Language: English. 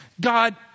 God